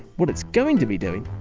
what it's going to be doing,